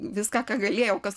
viską ką galėjau kas